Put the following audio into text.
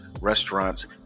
restaurants